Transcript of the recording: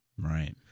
right